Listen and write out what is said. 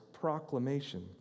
proclamation